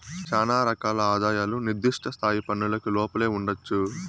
శానా రకాల ఆదాయాలు నిర్దిష్ట స్థాయి పన్నులకు లోపలే ఉండొచ్చు